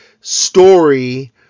story